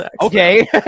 okay